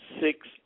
six